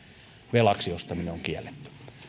velaksi ostaminen on kielletty